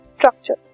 Structure